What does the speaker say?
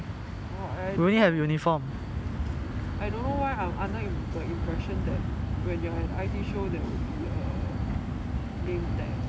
orh I don't know why I'm under the impression that when you're at I_T show there will be a name tag